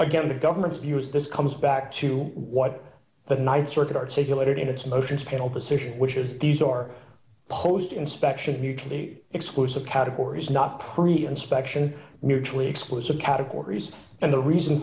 again the government's view is this comes back to what the th circuit articulated in its motions people position which is these are post inspection mutually exclusive categories not pretty inspection mutually exclusive categories and the reason